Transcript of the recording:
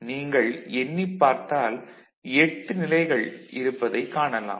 நீங்கள் எண்ணிப்பார்த்தால் 8 நிலைகள் இருப்பதைக் காணலாம்